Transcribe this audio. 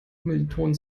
kommilitonen